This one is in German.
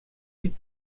sieht